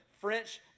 French